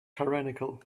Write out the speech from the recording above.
tyrannical